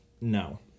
No